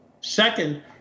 Second